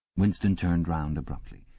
winston turned round abruptly.